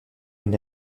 une